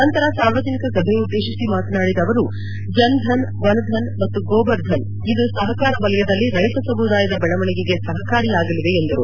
ನಂತರ ಸಾರ್ವಜನಿಕ ಸಭೆಯನ್ನು ಉದ್ದೇಶಿಸಿ ಮಾತನಾಡಿದ ಅವರು ಜನ್ಧನ್ ವನ್ ಧನ್ ಮತ್ತು ಗೋಬರ್ ಧನ್ ಇದು ಸಪಕಾರ ವಲಯದಲ್ಲಿ ರೈತ ಸಮುದಾಯದ ಬೆಳವಣಿಗೆಗೆ ಸಹಕಾರಿಯಾಗಲಿದೆ ಎಂದರು